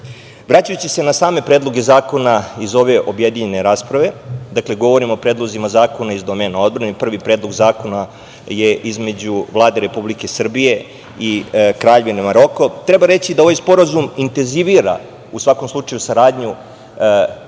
se na same predloge zakona iz ove objedinjene rasprave, dakle, govorimo o predlozima zakona iz domena odbrane i prvi predlog zakona je između Vlade Republike Srbije i Kraljevine Maroko, treba reći da ovaj sporazum intenzivira saradnju između